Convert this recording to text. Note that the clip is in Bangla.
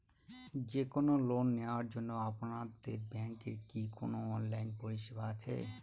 যে কোন লোন নেওয়ার জন্য আপনাদের ব্যাঙ্কের কি কোন অনলাইনে পরিষেবা আছে?